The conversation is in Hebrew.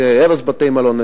שזה הרס בתי-מלון,